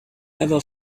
ever